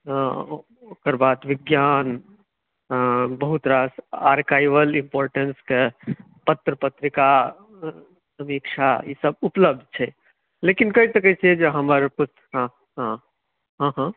ओकर बाद विज्ञान बहुतरास आर्काइवल इम्पोर्टेंसके पत्र पत्रिका समीक्षा ईसभ उपलब्ध छै लेकिन कहि सकैत छियै जे हमर पुस्त हँ हँ हँहँ